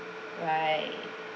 right